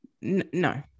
no